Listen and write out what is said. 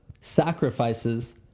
sacrifices